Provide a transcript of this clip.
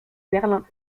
berlin